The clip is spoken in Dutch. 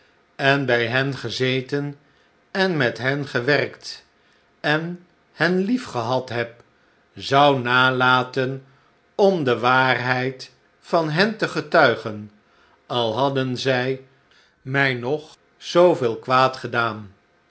en bij hen gezeten en met hen gewerkt en hen liefgehad heb zou nalaten om de waarheid van hen te getuigen al hadden zij mij nog zooveel kwaad gedaan